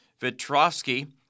Vitrovsky